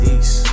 East